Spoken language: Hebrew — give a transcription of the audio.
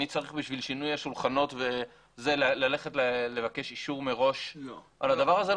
בשביל שינוי השולחנות אני צריך לבקש אישור על הדבר הזה?